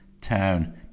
town